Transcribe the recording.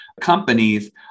companies